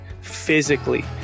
physically